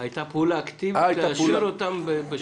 הפוך, הייתה פעולה אקטיבית לאשר אותם.